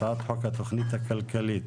סעיפים 64 ו-65 (אנרגיות מתחדשות) מתוך הצעת חוק התכנית הכלכלית